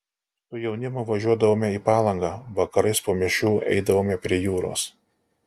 su jaunimu važiuodavome į palangą vakarais po mišių eidavome prie jūros